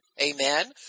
amen